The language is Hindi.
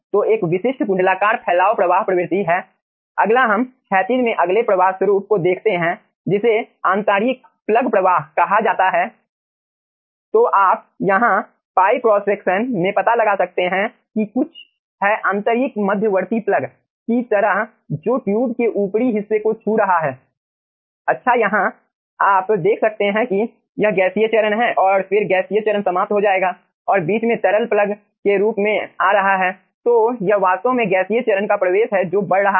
तो यह विशिष्ट कुंडलाकार फैलाव प्रवाह प्रवृत्ति है अगला हम क्षैतिज में अगले प्रवाह स्वरूप को देखते हैं जिसे आंतरायिक प्लग प्रवाह कहा जाता है